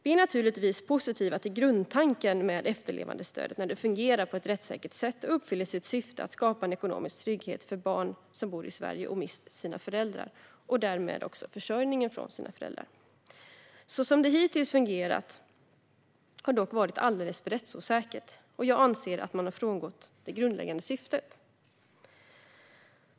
Vi är naturligtvis positiva till grundtanken med efterlevandestöd när det fungerar på ett rättssäkert sätt och uppfyller sitt syfte att skapa ekonomisk trygghet för barn som bor i Sverige och mist sina föräldrar och därmed försörjningen från föräldrarna. Så som det hittills fungerat har dock varit alldeles för rättsosäkert, och jag anser att man har frångått det grundläggande syftet.